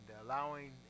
allowing